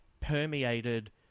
permeated